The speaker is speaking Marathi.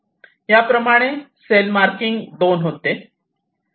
याप्रमाणे सेल मार्किंग 2 होते